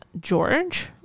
George